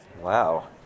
Wow